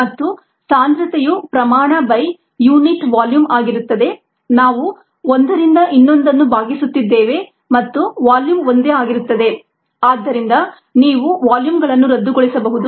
YxSamountofcellsproducedamountofsubstrateconsumedx x0S0 S ಮತ್ತು ಸಾಂದ್ರತೆಯು ಪ್ರಮಾಣ by ಯುನಿಟ್ ವಾಲ್ಯೂಮ್ ಆಗಿರುತ್ತದೆ ನಾವು ಒಂದರಿಂದ ಇನ್ನೊಂದನ್ನು ಭಾಗಿಸುತ್ತಿದ್ದೇವೆ ಮತ್ತು ವಾಲ್ಯೂಮ್ ಒಂದೇ ಆಗಿರುತ್ತದೆ ಆದ್ದರಿಂದ ನೀವು ವಾಲ್ಯೂಮ್ ಗಳನ್ನು ರದ್ದುಗೊಳಿಸಬಹುದು